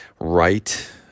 right